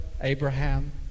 Abraham